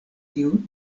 tiu